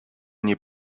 nie